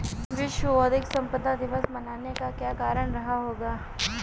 विश्व बौद्धिक संपदा दिवस मनाने का क्या कारण रहा होगा?